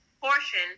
portion